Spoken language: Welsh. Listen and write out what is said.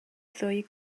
ddwy